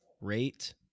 rate